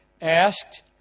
asked